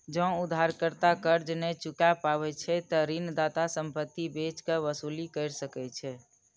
जौं उधारकर्ता कर्ज नै चुकाय पाबै छै, ते ऋणदाता संपत्ति बेच कें वसूली कैर सकै छै